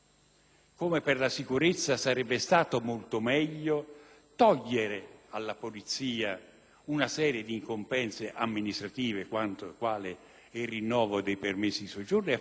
una serie d'incombenze amministrative, quali il rinnovo dei permessi di soggiorno e affidarle ai Comuni, che conoscono meglio la situazione e sanno bene quel che devono fare.